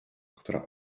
która